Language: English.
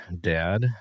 Dad